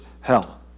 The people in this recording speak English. hell